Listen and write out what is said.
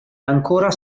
ancora